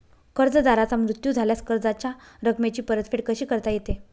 कर्जदाराचा मृत्यू झाल्यास कर्जाच्या रकमेची परतफेड कशी करता येते?